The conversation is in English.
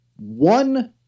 one